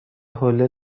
حوله